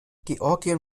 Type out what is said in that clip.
georgien